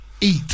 eat